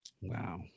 Wow